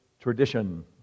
Tradition